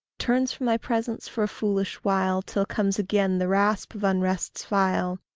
turns from thy presence for a foolish while, till comes again the rasp of unrest's file,